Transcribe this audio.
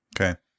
Okay